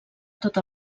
tot